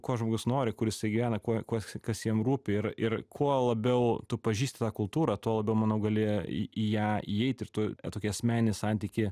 ko žmogus nori kur jisai gyvena kuo kuo kas jam rūpi ir ir kuo labiau tu pažįsti tą kultūrą tuo labiau manau gali į į ją įeit ir tu tokį asmeninį santykį